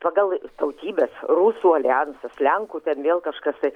pagal tautybes rusų aljansas lenkų ten vėl kažkas tai